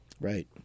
Right